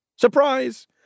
Surprise